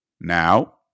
Now